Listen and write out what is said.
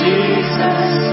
Jesus